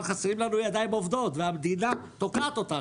אבל חסרות לנו ידיים עובדות והמדינה תוקעת אותנו.